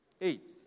Eight